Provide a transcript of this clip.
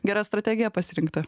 gera strategija pasirinkta